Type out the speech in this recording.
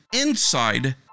inside